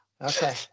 okay